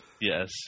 Yes